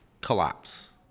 collapse